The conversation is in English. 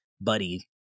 buddy